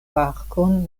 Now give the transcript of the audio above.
parkon